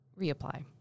reapply